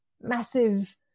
massive